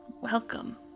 Welcome